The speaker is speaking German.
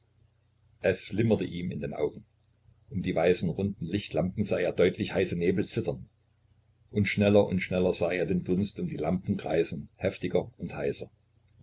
es flimmerte ihm in den augen um die weißen runden lichtlampen sah er deutlich heiße nebel zittern und schneller und schneller sah er den dunst um die lampen kreisen heftiger und heißer